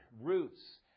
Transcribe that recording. roots